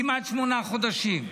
כמעט שמונה חודשים.